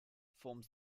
forms